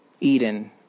Eden